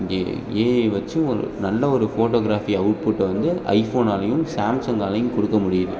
ஏ AI வைச்சு ஒரு நல்ல ஒரு ஃபோட்டோக்ராஃபி அவுட்புட்டை வந்து ஐஃபோனாலையும் சாம்சங்காலையும் கொடுக்க முடியுது